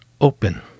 open